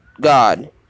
God